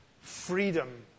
freedom